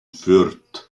fürth